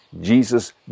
Jesus